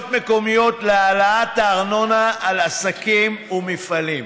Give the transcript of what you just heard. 51 בקשות של רשויות מקומיות להעלאת הארנונה לעסקים ולמפעלים,